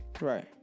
right